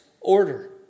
order